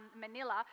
Manila